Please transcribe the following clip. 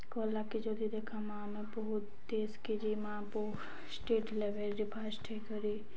କଲାକେ ଯଦି ଦେଖାମା ଆମେ ବହୁତ୍ ଦେଶ୍କେ ଯିମା ବହୁତ୍ ଷ୍ଟେଟ୍ ଲେଭଲ୍ରେ ଫାଷ୍ଟ୍ ହେଇକରି